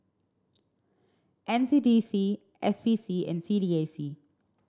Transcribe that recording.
N C D C S P C and C D A C